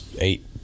eight